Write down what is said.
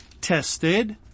tested